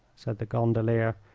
said the gondolier.